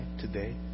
today